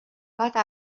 toate